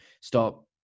stop